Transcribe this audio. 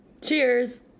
cheers